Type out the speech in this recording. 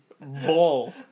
ball